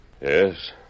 Yes